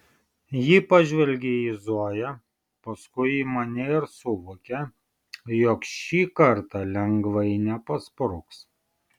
ji pažvelgia į zoją paskui į mane ir suvokia jog šį kartą lengvai nepaspruks